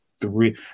three